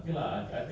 correct